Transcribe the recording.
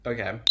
Okay